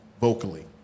vocally